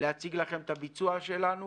להציג לכם את הביצוע שלנו